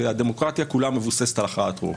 שהדמוקרטיה כולה מבוססת על הכרעת רוב.